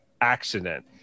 accident